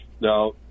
Now